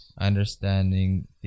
understanding